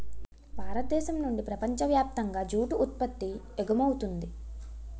భారతదేశం నుండి ప్రపంచ వ్యాప్తంగా జూటు ఉత్పత్తి ఎగుమవుతుంది